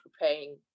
preparing